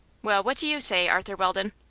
well, what do you say, arthur weldon?